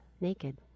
naked